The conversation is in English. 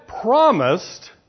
promised